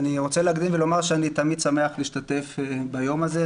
להקדים ולומר שאני תמיד שמח להשתתף ביום הזה,